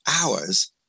hours